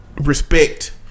respect